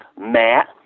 Matt